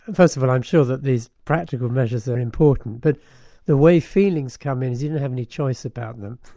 and first of all, i'm sure that these practical measures are important, but the way feelings come and is you never have any choice about them,